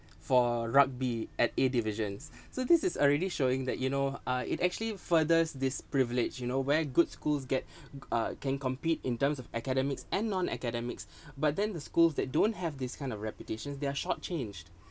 for rugby at A divisions so this is already showing that you know uh it actually furthers this privilege you know where good schools get uh can compete in terms of academics and non-academics but then the schools that don't have this kind of reputation they are short-changed